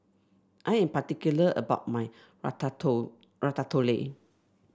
I am particular about my Ratatouille